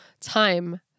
time